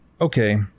okay